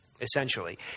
Essentially